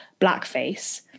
blackface